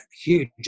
huge